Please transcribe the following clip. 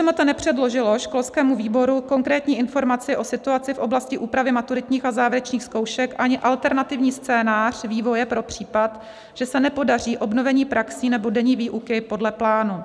MŠMT nepředložilo školskému výboru konkrétní informaci o situaci v oblasti úpravy maturitních a závěrečných zkoušek ani alternativní scénář vývoje pro případ, že se nepodaří obnovení praxí nebo denní výuky podle plánu.